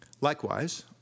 Likewise